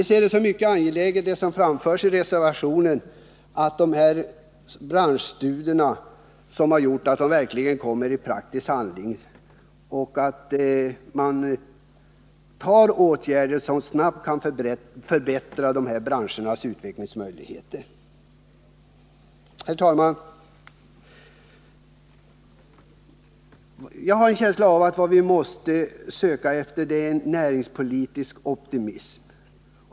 Som anförs i reservationen ser vi det som mycket angeläget att resultatet av de branschstudier som gjorts omsätts i praktisk handling och att man genomför åtgärder som snabbt kan förbättra de här branschernas utvecklingsmöjligheter. Herr talman! Jag har en känsla av att vad vi måste söka efter är en näringspolitisk optimism.